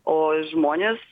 o žmonės